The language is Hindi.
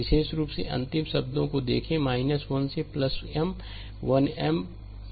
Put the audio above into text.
विशेष रूप से अंतिम शब्द को देखें 1 से M में 1M में M1n